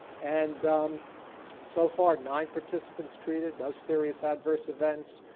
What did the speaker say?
and so far, nine participants treated. no serious adverse events.